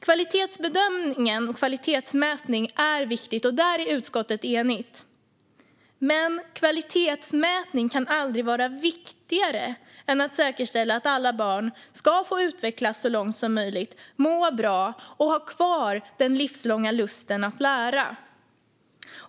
Kvalitetsbedömning och kvalitetsmätning är viktigt; där är utskottet enigt. Men kvalitetsmätning kan aldrig vara viktigare än att säkerställa att alla barn får utvecklas så långt som möjligt, må bra och ha kvar den livslånga lusten att lära.